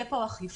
תהיה פה אכיפה,